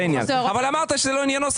אבל אמרת שזה לא ענייננו.